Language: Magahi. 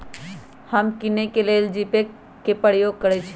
हम किने के लेल जीपे कें प्रयोग करइ छी